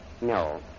No